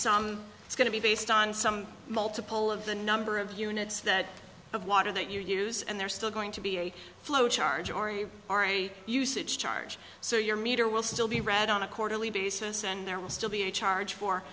some it's going to be based on some multiple of the number of units of water that you use and there still going to be a flow charge or you are a usage charge so your meter will still be read on a quarterly basis and there will still be a charge for